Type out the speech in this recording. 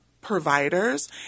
providers